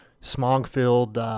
smog-filled